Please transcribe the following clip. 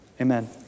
amen